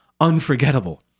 unforgettable